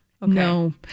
No